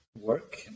work